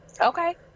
Okay